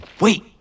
Wait